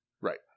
Right